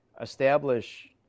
establish